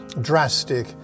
drastic